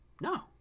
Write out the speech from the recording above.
no